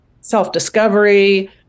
self-discovery